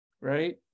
right